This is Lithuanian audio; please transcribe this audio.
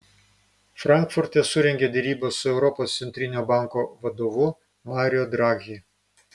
frankfurte surengė derybas su europos centrinio banko vadovu mario draghi